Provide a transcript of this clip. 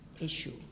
issue